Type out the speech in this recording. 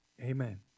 Amen